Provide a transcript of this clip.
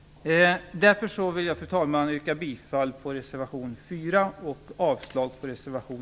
Fru talman! Jag yrkar därför bifall till reservation